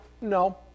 No